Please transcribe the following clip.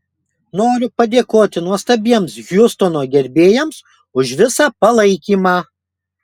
noriu padėkoti nuostabiems hjustono gerbėjams už visą palaikymą